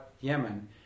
Yemen